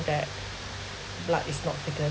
that blood is not thicker